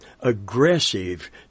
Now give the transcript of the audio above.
aggressive